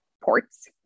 Ports